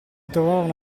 trovavano